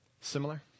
similar